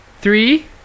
three